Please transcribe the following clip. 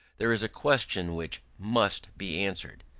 there is a question which must be answered.